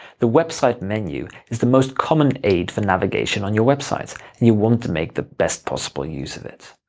the website menu is the most common aid for navigation on your website and you want to make the best possible use of it.